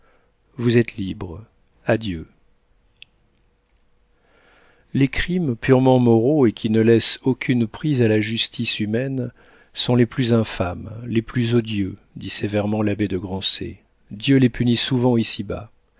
vous êtes libre adieu les crimes purement moraux et qui ne laissent aucune prise à la justice humaine sont les plus infâmes les plus odieux dit sévèrement l'abbé de grancey dieu les punit souvent ici-bas